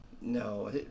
No